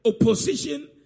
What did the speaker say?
opposition